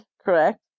correct